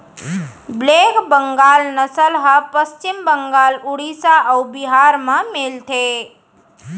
black Bengal नसल ह पस्चिम बंगाल, उड़ीसा अउ बिहार म मिलथे